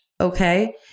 Okay